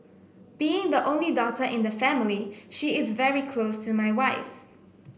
being the only daughter in the family she is very close to my wife